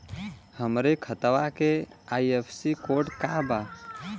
हमरे खतवा के आई.एफ.एस.सी कोड का बा?